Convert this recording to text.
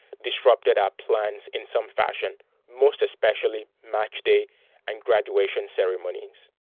disrupted our plans in some fashion most especially match day and graduation ceremonies.